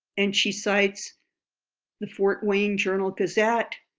and she cites the fort wayne journal gazette,